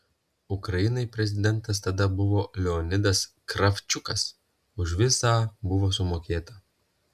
ukrainai prezidentas tada buvo leonidas kravčiukas už viską buvo sumokėta